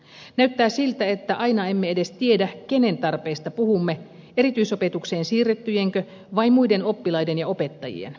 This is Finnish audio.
näyttää siltä että aina emme edes tiedä kenen tarpeista puhumme erityisopetukseen siirrettyjenkö vai muiden oppilaiden ja opettajien